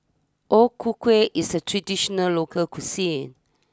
O Ku Kueh is a traditional local cuisine